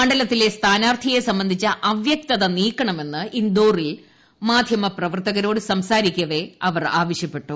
മണ്ഡലത്തിലെ സ്ഥാനാർത്ഥിയെ സംബന്ധിച്ച അവ്യക്തത നീക്കണമെന്ന് ഇൻഡോറിൽ മാധ്യമ പ്രവർത്തകരോട് സംസാരിക്കവേ അവർ ആവശ്യപ്പെട്ടു